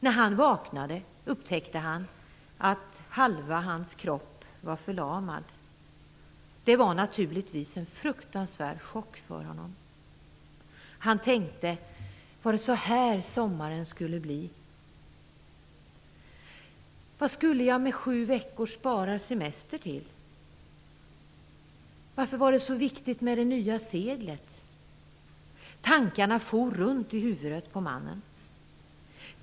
När han vaknade upptäckte han att halva hans kropp var förlamad. Det var naturligtvis en fruktansvärd chock för honom. Han tänkte: Var det så här sommaren skulle bli? Vad skulle jag med sju veckors sparad semester till? Varför var det så viktigt med det nya seglet? Tankarna for runt i huvudet på mannen.